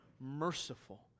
merciful